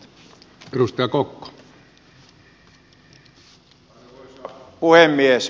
arvoisa puhemies